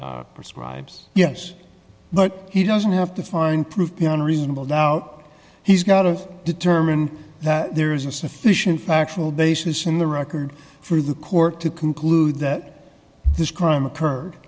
for scribes yes but he doesn't have to find proof beyond reasonable doubt he's got to determine that there is a sufficient factual basis in the record for the court to conclude that this crime occurred